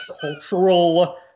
cultural